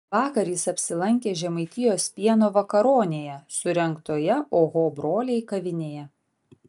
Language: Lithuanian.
vakar jis apsilankė žemaitijos pieno vakaronėje surengtoje oho broliai kavinėje